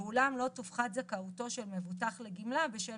ואולם לא תופחת זכאותו של מבוטח לגמלה בשל